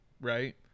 right